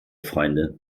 freunde